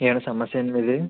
ఏమన్నా సమస్యా అండి మీది